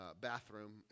bathroom